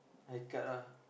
high cut lah